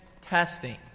testing